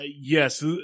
Yes